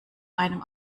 einem